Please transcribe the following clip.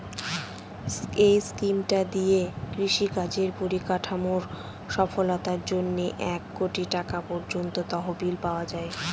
এই স্কিমটা দিয়ে কৃষি কাজের পরিকাঠামোর সফলতার জন্যে এক কোটি টাকা পর্যন্ত তহবিল পাওয়া যায়